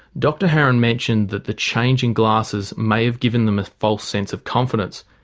dr haran mentioned that the change in glasses may have given them a false sense of confidence.